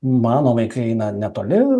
mano vaikai eina netoli